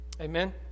Amen